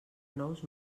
nous